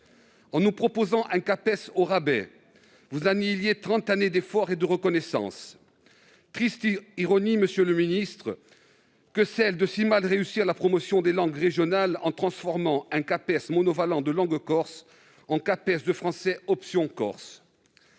En nous proposant un Capes au rabais, vous annihiliez trente années d'efforts et de reconnaissance. Triste ironie, monsieur le ministre, que de si mal réussir la promotion des langues régionales en transformant un Capes monovalent de langue corse en Capes de français option corse